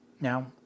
Now